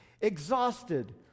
Exhausted